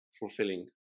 fulfilling